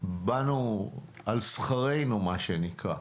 באנו על שכרנו, מה שנקרא.